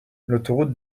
l’autoroute